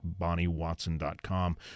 bonniewatson.com